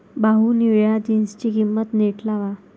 भाऊ, निळ्या जीन्सची किंमत नीट लावा